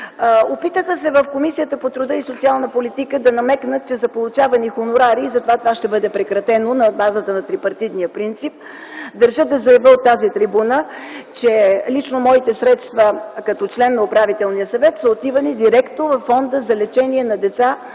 България. В Комисията по труда и социалната политика се опитаха да намекнат, че са получавани хонорари и затова ще бъде прекратен на базата на трипартитния принцип. Държа да заявя от тази трибуна, че лично моите средства като член на управителния съвет са отивали директно във Фонда за лечение на деца